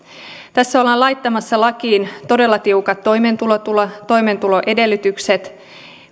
tässä ollaan laittamassa lakiin todella tiukat toimeentuloedellytykset